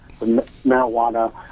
marijuana